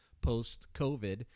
post-COVID